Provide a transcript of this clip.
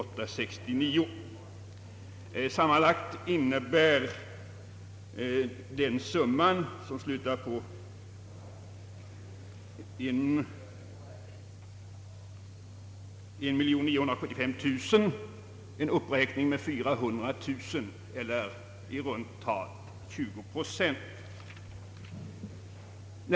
Sammanlagt innebär den summa för ifrågavarande ändamål, som slutar på 1975 000 kronor, en uppräkning med 400 000 kronor eller med i runt tal 20 procent.